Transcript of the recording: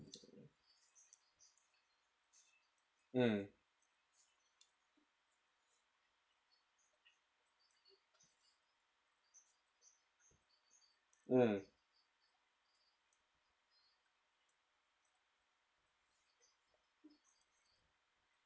mm mm